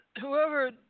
whoever